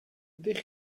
ydych